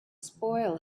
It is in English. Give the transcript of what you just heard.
spoil